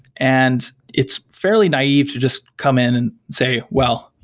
and it's fairly naive to just come in and say, well,